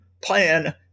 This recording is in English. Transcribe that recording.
plan